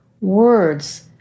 words